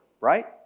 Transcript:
right